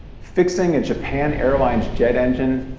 fixing a japan airlines jet engine,